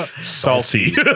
salty